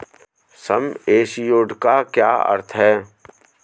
सम assured का क्या अर्थ है?